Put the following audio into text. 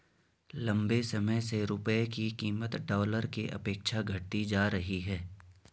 लंबे समय से रुपये की कीमत डॉलर के अपेक्षा घटती जा रही है